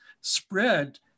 spread